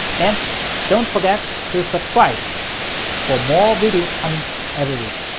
and don't forget to subscribe for more videos coming every week!